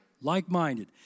Like-minded